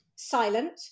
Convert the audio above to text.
silent